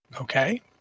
Okay